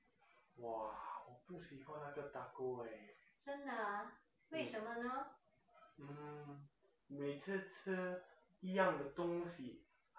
!wah! 我不喜欢那个 taco eh mm 每次吃一样的东西